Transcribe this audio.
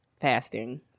fasting